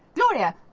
gloria,